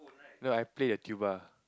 no I play a tuba